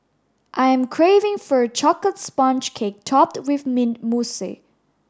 I am craving for a chocolate sponge cake topped with mint